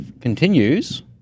continues